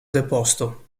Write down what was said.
deposto